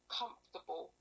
comfortable